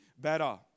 better